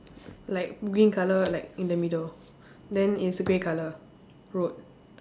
like green colour like in the middle then is grey colour road